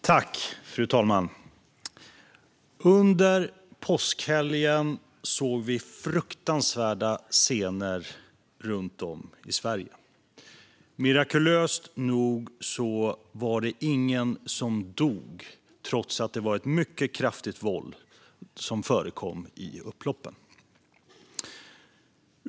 En oberoende utred-ning av de s.k. påsk-upploppen Fru talman! Under påskhelgen såg vi fruktansvärda scener utspela sig runt om i Sverige. Mirakulöst nog var det ingen som dog trots att det var mycket kraftigt våld som förekom i upploppen.